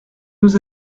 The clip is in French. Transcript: nous